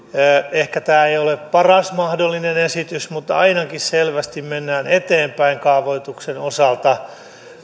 ehkä tämä ei ole paras mahdollinen esitys mutta ainakin selvästi mennään eteenpäin kaavoituksen osalta